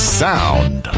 sound